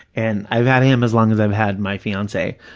and i've had him as long as i've had my fiance,